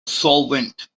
solvent